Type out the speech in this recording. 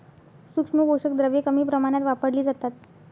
सूक्ष्म पोषक द्रव्ये कमी प्रमाणात वापरली जातात